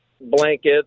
blankets